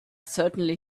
certainly